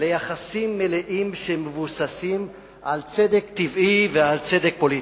ליחסים מלאים שמבוססים על צדק טבעי ועל צדק פוליטי.